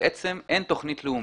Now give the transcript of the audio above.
ובעצם אין תוכנית לאומית.